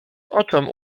oczom